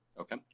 Okay